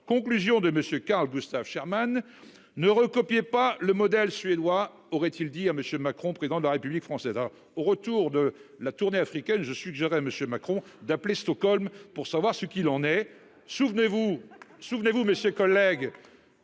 Conclusion de monsieur Karl Gustaf Scherman ne recopier pas le modèle suédois, aurait-il dit à monsieur Macron président de la République française au retour de la tournée africaine je suggérerais monsieur Macron d'appeler Stockholm pour savoir ce qu'il en est. Souvenez-vous, souvenez-vous Monsieur collègues.